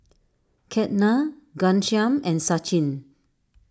Ketna Ghanshyam and Sachin